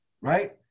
right